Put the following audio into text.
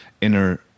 inner